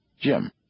Jim